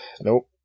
nope